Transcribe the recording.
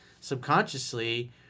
subconsciously